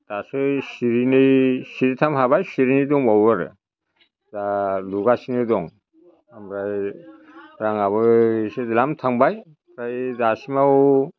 दासो सिरिनै सिरिथाम हाबाय सिरिनै दंबावो आरो दा लुगासिनो दं ओमफ्राय राङाबो एसे द्लाम थांबाय फ्राय दासिमाव